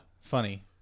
Funny